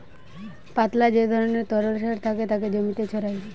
পাতলা যে ধরণের তরল সার থাকে তাকে জমিতে ছড়ায়